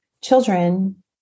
children